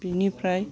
बेनिफ्राइ